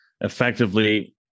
effectively